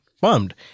bummed